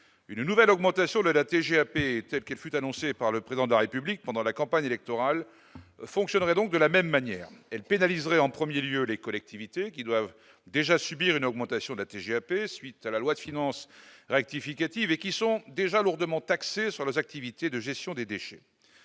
une nouvelle augmentation de la TGAP, telle qu'elle fut annoncée par le président de la République, pendant la campagne électorale fonctionnerait donc de la même manière elle pénaliserait en 1er lieu les collectivités qui doivent déjà subir une augmentation de la TGAP, suite à la loi de finances rectificative et qui sont déjà lourdement taxés sur les activités de gestion des déchets,